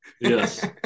yes